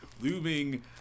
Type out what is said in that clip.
looming